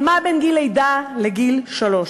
אבל מה בין גיל לידה לגיל שלוש?